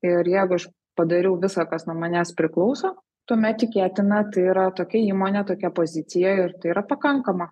ir jeigu aš padariau visa kas nuo manęs priklauso tuomet tikėtina tai yra tokia įmonė tokia pozicija ir tai yra pakankama